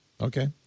Okay